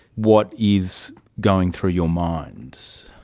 what is going through your mind?